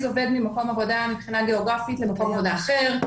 עובד ממקום עבודה מבחינה גיאוגרפית למקום עבודה אחר,